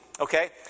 Okay